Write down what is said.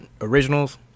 originals